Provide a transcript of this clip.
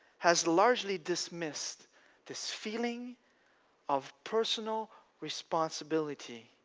has largely dismissed this feeling of personal responsibility